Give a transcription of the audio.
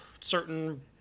certain